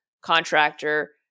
contractor